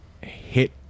hit